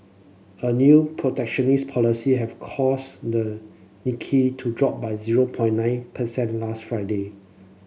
a new protectionist policy have caused the Nikkei to drop by zero point nine percent last Friday